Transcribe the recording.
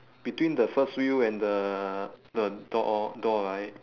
between the first wheel and the the door door right